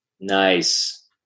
Nice